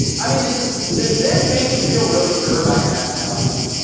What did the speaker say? i mean does does this make you feel really sure about your nationality now?